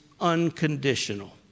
unconditional